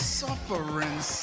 suffering